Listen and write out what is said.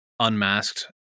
unmasked